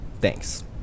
Thanks